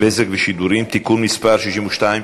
(בזק ושידורים) (תיקון מס' 62)